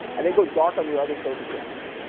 and then go dark on your other social channels,